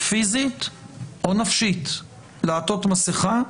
פיזית או נפשית לעטות מסכה,